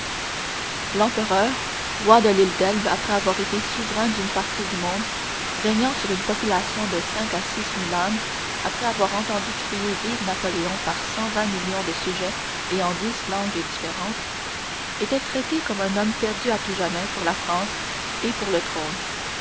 l'empereur roi de l'île d'elbe après avoir été souverain d'une partie du monde régnant sur une population de cinq à six mille âmes après avoir entendu crier vive napoléon par cent vingt millions de sujets et en dix langues différentes était traité là comme un homme perdu à tout jamais pour la france et pour le trône